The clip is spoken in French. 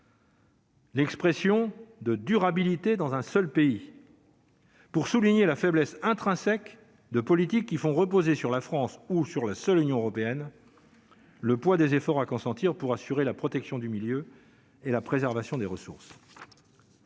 L'expression de durabilité dans un seul pays. Pour souligner la faiblesse intrinsèque de politiques qui font reposer sur la France ou sur la seule Union européenne, le poids des efforts à consentir pour assurer la protection du milieu et la préservation des ressources.